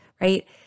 right